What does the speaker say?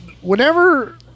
Whenever